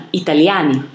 italiani